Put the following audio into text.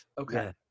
Okay